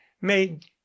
made